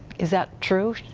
is that true?